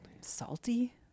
Salty